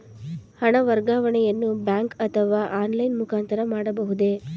ಹಣ ವರ್ಗಾವಣೆಯನ್ನು ಬ್ಯಾಂಕ್ ಅಥವಾ ಆನ್ಲೈನ್ ಮುಖಾಂತರ ಮಾಡಬಹುದೇ?